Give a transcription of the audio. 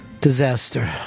Disaster